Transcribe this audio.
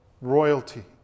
royalty